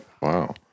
wow